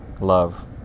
Love